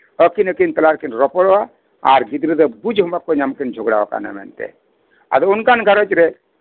ᱟᱹᱠᱤᱱ ᱟᱹᱠᱤᱱ ᱛᱟᱞᱟᱨᱮᱠᱤᱱ ᱨᱚᱯᱚᱲᱚᱜᱼᱟ ᱟᱨ ᱜᱤᱫᱽᱨᱟᱹ ᱫᱚ ᱵᱩᱡ ᱦᱚᱸ ᱵᱟᱹᱠᱤᱱ ᱧᱟᱢᱟ ᱡᱮ ᱡᱷᱚᱜᱽᱲᱟ ᱟᱠᱟᱱᱟᱠᱤᱱ ᱢᱮᱱᱛᱮ ᱟᱫᱚ ᱚᱱᱠᱟᱱ ᱜᱷᱟᱸᱨᱚᱡᱽ ᱨᱮ